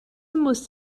muss